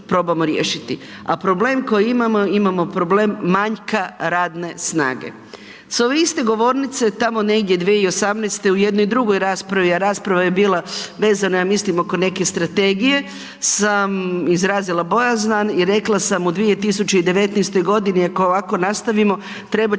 A problem koji imamo, imamo problem manjka radne snage. S ove iste govornice, tamo negdje 2018. u jednoj drugoj raspravi, a rasprava je bila vezano ja mislim oko neke strategije sam izrazila bojazan i rekla sam u 2019., ako ovako nastavimo, trebat